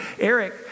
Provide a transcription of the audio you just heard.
Eric